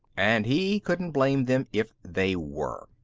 and he couldn't blame them if they were.